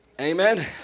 amen